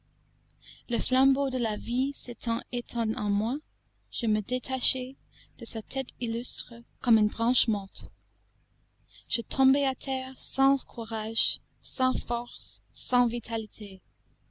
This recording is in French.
le flambeau de la vie s'étant éteint en moi je me détachai de sa tête illustre comme une branche morte je tombai à terre sans courage sans force sans vitalité